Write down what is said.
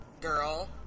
girl